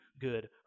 good